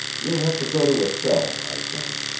you'll have to go to a cell, i think.